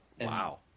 Wow